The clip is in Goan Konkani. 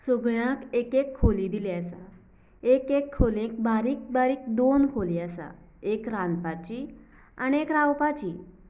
सगळ्याक एकएक खोली बीन आसात एक एक खोलीक बारीक बारीक दोन खोली आसा एक रांदपाची आनी एक रावपाची